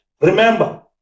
Remember